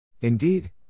Indeed